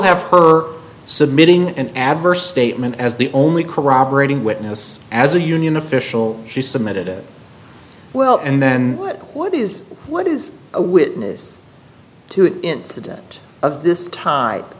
have her submitting an adverse statement as the only corroborating witness as a union official she submitted as well and then what is what is a witness to an incident of this t